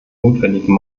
notwendigen